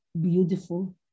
beautiful